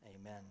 Amen